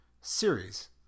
series